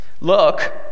Look